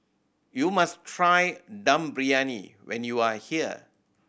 you must try Dum Briyani when you are here